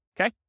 Okay